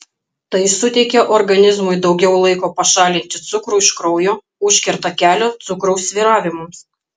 tai suteikia organizmui daugiau laiko pašalinti cukrų iš kraujo užkerta kelią cukraus svyravimams